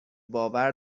باور